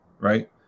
right